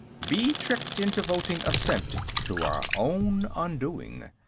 be tricked into voting assent to our own undoing.